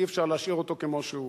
אי-אפשר להשאיר אותו כמו שהוא.